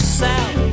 south